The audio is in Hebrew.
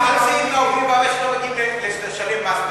מחצית מהעובדים במשק לא מגיעים לשלם מס בכלל.